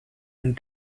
and